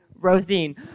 Rosine